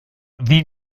wie